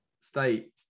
State